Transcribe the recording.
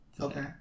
Okay